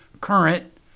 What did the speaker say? current